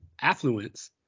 affluence